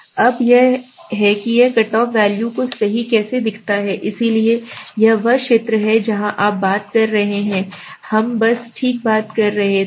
अब यह है कि यह कट ऑफ वैल्यू को सही कैसे दिखता है इसलिए यह वह क्षेत्र है जहां आप बात कर रहे हैं हम बस ठीक बात कर रहे थे